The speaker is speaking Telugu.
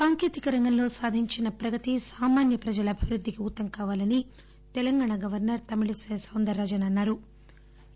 సాంకేతిక రంగంలో సాధించిన ప్రగతి సామాన్య ప్రజల అభివృద్దికి ఊతం కావాలని తెలంగాణ గవర్నర్ తమిళిసై సౌందర్ రాజన్ అన్నారు